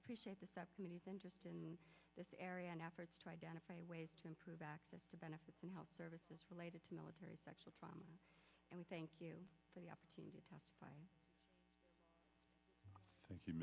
appreciate the subcommittee's interest in this area and efforts to identify ways to improve access to benefits and health services related to military sexual trauma and we thank you for the opportunity